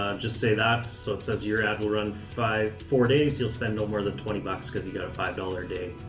just say that. so it says your ad will run by four days. you'll spend no more than twenty bucks cause you got a five dollars a day